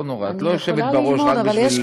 לא נורא, את לא יושבת בראש רק בשביל שעון.